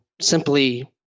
simply